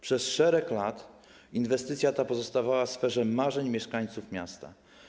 Przez szereg lat inwestycja ta pozostawała w sferze marzeń mieszkańców miasta.